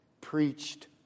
preached